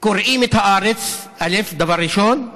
קוראים את הארץ, דבר ראשון,